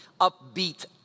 upbeat